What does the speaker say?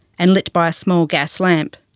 and lit by a small gas lamp.